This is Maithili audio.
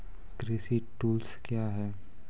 कृषि टुल्स क्या हैं?